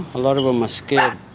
a lot of them are scared.